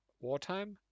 wartime